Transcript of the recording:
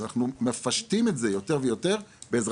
אנחנו מפשטים את זה יותר ויותר בעזרתם.